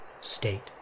state